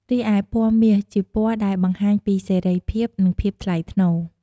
រីឯពណ៌មាស ជាពណ៌ដែលបង្ហាញពីសេរីភាព និងភាពថ្លៃថ្នូរ។